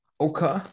Okay